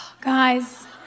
Guys